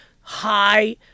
high